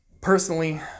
Personally